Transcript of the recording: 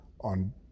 on